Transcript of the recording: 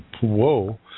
whoa